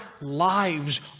lives